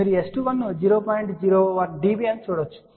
01 dB అని చూడవచ్చుసరే